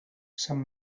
sant